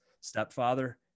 stepfather